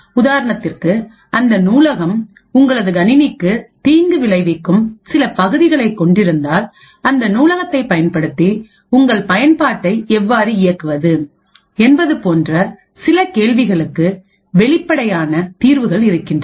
உதாரணத்திற்கு அந்த நூலகம் உங்களது கணினிக்கு தீங்கு விளைவிக்கும் சில பகுதிகளை கொண்டிருந்தால் அந்த நூலகத்தை பயன்படுத்தி உங்களது பயன்பாட்டை எவ்வாறு இயக்குவது என்பது போன்ற சில கேள்விகளுக்கு வெளிப்படையான தீர்வுகள் இருக்கின்றன